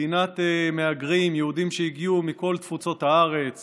מדינת מהגרים, יהודים שהגיעו מכל תפוצות הארץ